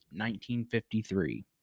1953